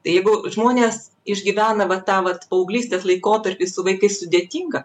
tai jeigu žmonės išgyvena vat tą vat paauglystės laikotarpį su vaikais sudėtingą